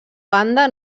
banda